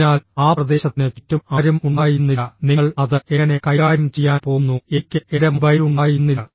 അതിനാൽ ആ പ്രദേശത്തിന് ചുറ്റും ആരും ഉണ്ടായിരുന്നില്ല നിങ്ങൾ അത് എങ്ങനെ കൈകാര്യം ചെയ്യാൻ പോകുന്നു എനിക്ക് എന്റെ മൊബൈൽ ഉണ്ടായിരുന്നില്ല